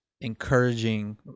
encouraging